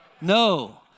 No